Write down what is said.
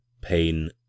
pain